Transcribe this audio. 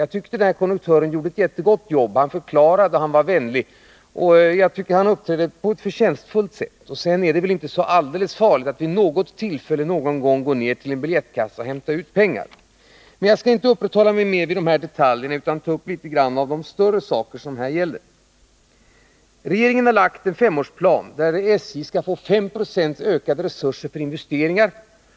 Jag tyckte att den här konduktören gjorde ett mycket gott jobb — han förklarade och var vänlig. Jag tycker att han uppträdde på ett förtjänstfullt sätt. Sedan är det väl inte så hemskt farligt om man någon gång får gå ner till biljettkassan och hämta ut pengar. Men jag skall inte uppehålla mig mer vid de här detaljerna utan ta upp en del av de större frågor som det gäller. Regeringen har lagt fram en femårsplan, där SJ får 5 76 ökade resurser för investeringar.